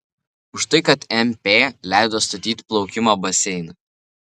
už tai kad mp leido statyti plaukimo baseiną